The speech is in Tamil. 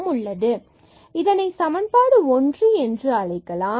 zf x y xϕ yψ xϕu v yψu v இதனை சமன்பாடு ஒன்று என்று அழைக்கலாம்